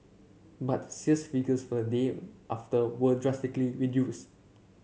but sales figures for the day after were drastically reduced